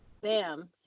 bam